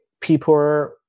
people